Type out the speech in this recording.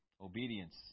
Obedience